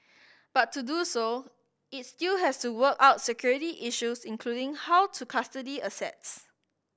but to do so it still has to work out security issues including how to custody assets